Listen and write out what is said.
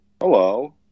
Hello